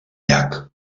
llac